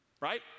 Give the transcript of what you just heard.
right